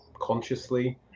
consciously